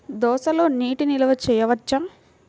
దోసలో నీటి నిల్వ చేయవచ్చా?